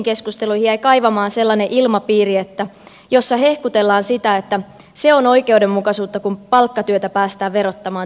jäi kaivamaan sellainen ilmapiiri jossa hehkutellaan sitä että se on oikeudenmukaisuutta kun palkkatyötä päästään verottamaan tiukemmin